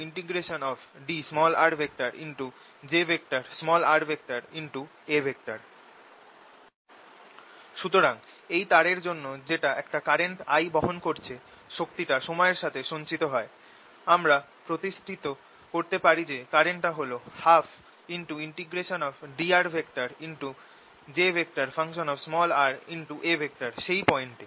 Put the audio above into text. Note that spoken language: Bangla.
W 12jAadl 12drjA সুতরাং এই তারের জন্য যেটা একটা কারেন্ট I বহন করছে শক্তিটা সময়ের সাথে সঞ্চিত হয় আমরা প্রতিষ্ঠিত করতে পারি যে কারেন্টটা হল 12drjA সেই পয়েন্ট এ